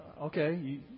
Okay